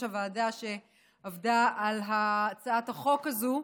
הוועדה שעבדה על הצעת החוק הזאת.